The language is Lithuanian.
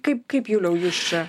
kaip kaip juliau jūs čia